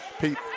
Pete